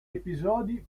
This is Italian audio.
episodi